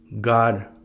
God